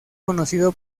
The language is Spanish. conocido